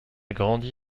grandi